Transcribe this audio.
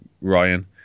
Ryan